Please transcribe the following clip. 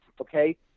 okay